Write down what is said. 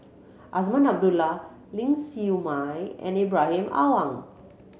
Azman Abdullah Ling Siew Mai and Ibrahim Awang